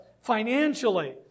financially